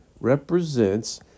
represents